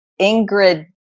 Ingrid